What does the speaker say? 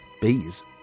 bees